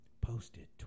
Posted